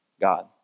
God